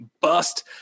bust